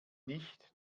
nicht